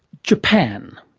japan.